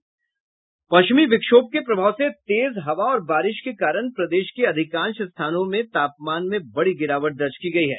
पश्चिमी विक्षोभ के प्रभाव से तेज हवा और बारिश के कारण प्रदेश के अधिकांश स्थानों में तापमान में बड़ी गिरावट दर्ज की गयी है